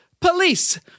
police